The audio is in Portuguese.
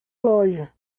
loja